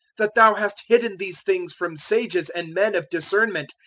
that thou hast hidden these things from sages and men of discernment,